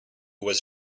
was